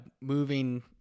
moving